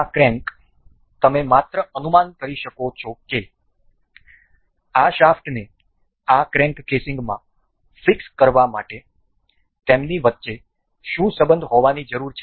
આ ક્રેન્ક તમે માત્ર અનુમાન કરી શકો છો કે આ શાફ્ટને આ ક્રેન્ક કેસિંગમાં ફિક્સ કરવા માટે તેમની વચ્ચે શું સંબંધ હોવાનીની જરૂર છે